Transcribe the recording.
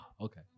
Okay